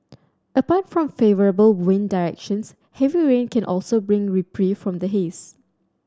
apart from favourable wind directions heavy rain can also bring reprieve from the haze